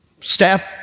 staff